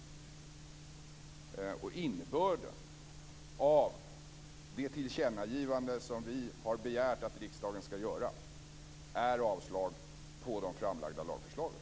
Innebörden av det tillkännagivande som vi har begärt att riksdagen skall göra är att man skall avslå de framlagda lagförslagen.